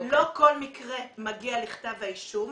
לא כל מקרה מגיע לכתב האישום,